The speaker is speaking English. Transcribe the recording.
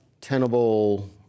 tenable